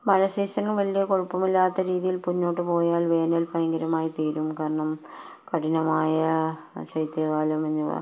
മഴ സീസണും വലിയ കുഴപ്പമില്ലാത്ത രീതിയിൽ മുന്നോട്ടുപോയാൽ വേനൽ ഭയങ്കരമായി തീരും കാരണം കഠിനമായ ശൈത്യകാലം